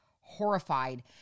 horrified